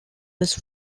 was